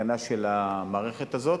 חובת התקנה של המערכת הזאת,